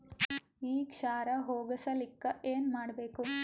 ಈ ಕ್ಷಾರ ಹೋಗಸಲಿಕ್ಕ ಏನ ಮಾಡಬೇಕು?